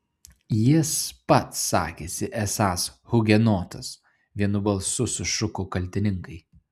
jis pats sakėsi esąs hugenotas vienu balsu sušuko kaltininkai